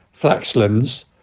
Flaxlands